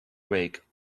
rake